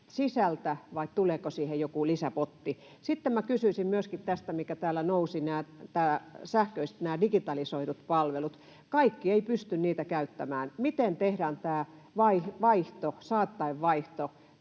sisältä, vai tuleeko siihen joku lisäpotti? Sitten minä kysyisin myöskin tästä, mikä täällä nousi esille, näistä digitalisoiduista palveluista. Kaikki eivät pysty niitä käyttämään. Miten tehdään tämä saattaen vaihto,